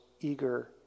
eager